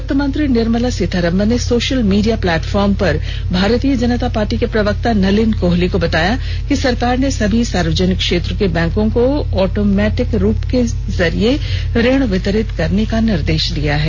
वित्तमंत्री निर्मला सीतारमन ने social media platform पर भारतीय जनता पार्टी के प्रवक्ता नलिन कोहली को बताया कि सरकार ने सभी सार्वजनिक क्षेत्र के बैंकों को ऑटोमेटिक रूट के जरिये ऋण वितरित करने के निर्देश दिया हैं